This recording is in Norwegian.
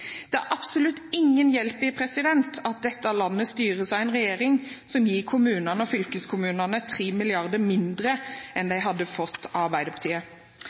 Det er absolutt ingen hjelp i at dette landet styres av en regjering som gir kommunene og fylkeskommunene 3 mrd. kr mindre enn de hadde fått av Arbeiderpartiet.